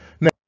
Now